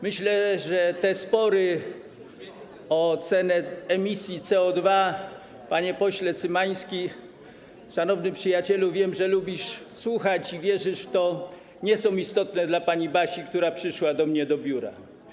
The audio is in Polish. Myślę, że te spory o cenę emisji CO2 – panie pośle Cymański, szanowny przyjacielu, wiem, że lubisz słuchać i wierzysz w to – nie są istotne dla pani Basi, która przyszła do mnie do biura.